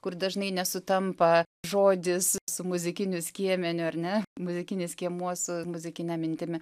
kur dažnai nesutampa žodis su muzikiniu skiemeniu ar ne muzikinis skiemuo su muzikine mintimi